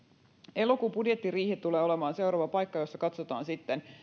elokuun budjettiriihi tulee olemaan seuraava paikka jossa katsotaan sitten